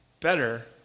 better